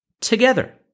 together